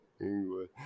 English